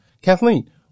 Kathleen